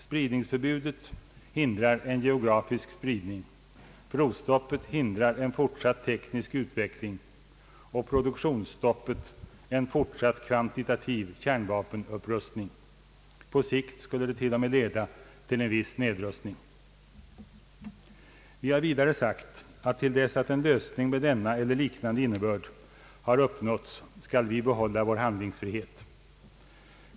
Spridningsförbudet hindrar en utvidgning geografiskt, provstoppet hindrar en fortsatt teknisk utveckling och produktionsstoppet en = fortsati kvantitativ kärnvapenupprustning. På längre sikt skulle det till och med leda till en viss nedrustning. Vi har vidare sagt att till dess en lösning med denna eller liknande innebörd uppnåtts skall vi behålla vår handlingsfrihet.